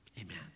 Amen